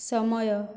ସମୟ